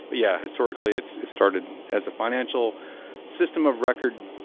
but yeah, historically it's started as a financial system of record,